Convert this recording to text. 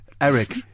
Eric